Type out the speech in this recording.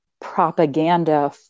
propaganda